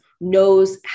knows